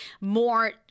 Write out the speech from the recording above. more